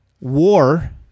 war